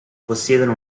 possiedono